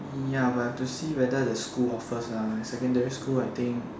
ya but I have to see whether the school offers ah secondary school I think